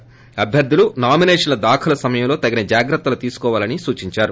ొఅభ్యర్లు నామినేషన్లో దాఖలు సమయంలో తగిన జాగ్రతలు తీసుకోవాలని సూచిందారు